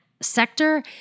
sector